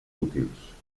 útils